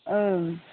ओं